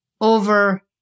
over